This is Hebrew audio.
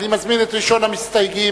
אני מזמין את ראשון המסתייגים,